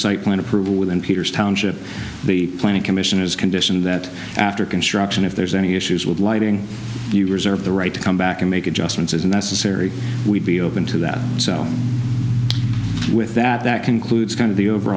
plan approval within peter's township the planning commission is conditioned that after construction if there's any issues with lighting you reserve the right to come back and make adjustments as necessary we'd be open to that so with that that concludes kind of the over